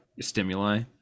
Stimuli